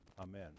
Amen